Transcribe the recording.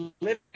living